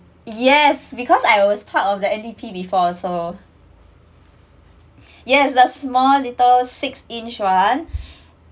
yes because I was part of the N_D_P before also yes the small little six inch one